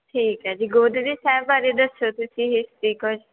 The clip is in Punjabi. ਠੀਕ ਹੈ ਜੀ ਗੋਦੜੀ ਸਾਹਿਬ ਬਾਰੇ ਦੱਸੋ ਤੁਸੀਂ ਹਿਸਟਰੀ ਕੁਝ